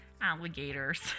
alligators